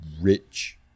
rich